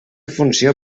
funció